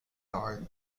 are